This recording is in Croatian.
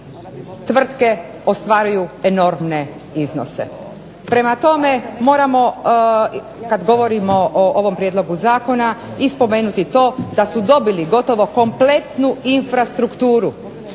tvrtke ostvaruju enormne iznose. Moramo kada govorimo o ovom Prijedlogu zakona spomenuti to da su dobili gotovo kompletnu infrastrukturu